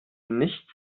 nichts